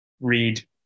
Read